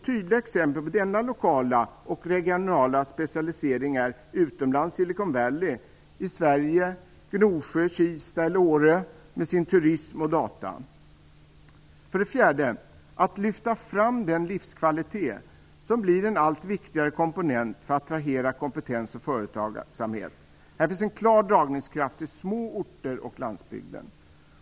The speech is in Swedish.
Tydliga exempel på denna lokala och regionala specialisering är utomlands Silicon Valley och i Sverige Gnosjö, Kista eller Åre med turism och data. För det fjärde: Lyft fram den livskvalitet som blir en allt viktigare komponent för att attrahera kompetens och företagsamhet. Här finns en klar dragningskraft till små orter och till landsbygden.